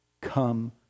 come